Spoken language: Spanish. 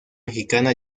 mexicana